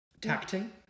Tacting